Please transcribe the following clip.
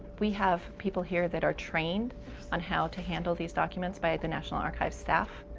we have people here that are trained on how to handle these documents by the national archives staff.